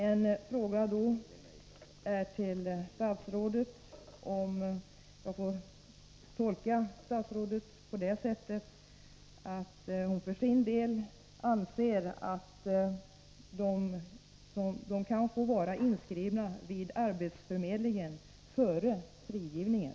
En fråga till statsrådet är då: Får jag tolka statsrådet på det sättet att hon för sin del anser att de intagna kan få vara inskrivna vid arbetsförmedlingen före frigivningen?